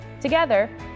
Together